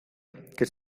que